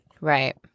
Right